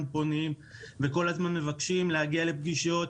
פונים וכל הזמן מבקשים להגיע לפגישות.